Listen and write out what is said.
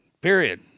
Period